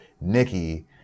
Nikki